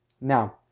Now